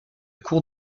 cour